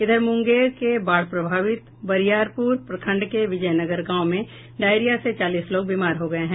इधर मुंगेर के बाढ़ प्रभावित बरियारपुर प्रखंड के विजय नगर गांव में डायरिया से चालीस लोग बीमार हो गये हैं